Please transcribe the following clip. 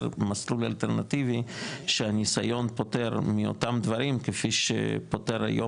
מסלול אלטרנטיבי שהניסיון פוטר מאותם דברים כפי שפוטר היום